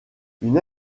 une